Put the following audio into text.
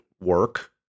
work